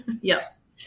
Yes